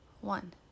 one